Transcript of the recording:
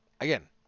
again